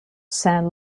saint